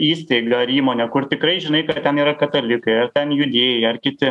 įstaigą ar įmonę kur tikrai žinai kad ten yra katalikai ar ten judėjai ar kiti